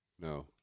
No